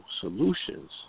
solutions